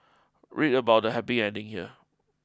read about the happy ending here